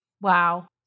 Wow